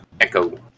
Echo